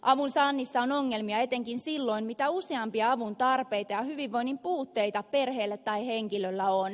avun saannissa on ongelmia etenkin silloin mitä useampia avun tarpeita ja hyvinvoinnin puutteita perheellä tai henkilöllä on